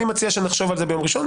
אני מציע שנחשוב על זה ביום ראשון,